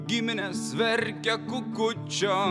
giminės verkia kukučio